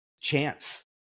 chance